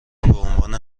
عنوان